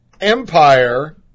empire